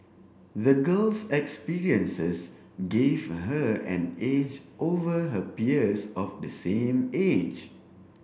the girl's experiences gave her an edge over her peers of the same age